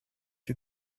you